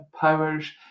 powers